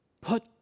Put